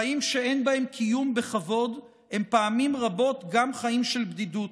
חיים שאין בהם קיום בכבוד הם פעמים רבות גם חיים של בדידות.